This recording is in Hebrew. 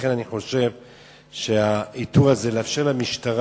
לכן אני חושב שהעיטור הזה, לאפשר למשטרה